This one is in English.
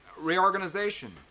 reorganization